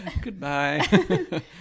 Goodbye